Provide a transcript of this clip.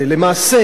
למעשה,